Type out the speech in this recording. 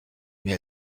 mais